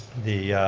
the